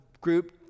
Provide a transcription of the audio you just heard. group